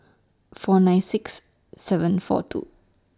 four nine six seven four two